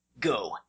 Go